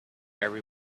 every